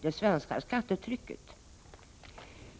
det svenska skattetrycket.